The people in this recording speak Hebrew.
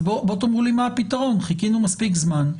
אז בואו תאמרו לי מה הפתרון, חיכינו מספיק זמן,